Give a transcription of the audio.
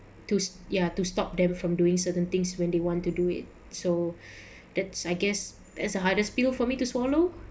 to ya to stop them from doing certain things when they want to do it so that's I guess as a hardest pill for me to swallow